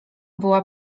była